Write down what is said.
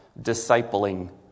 discipling